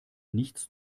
nichts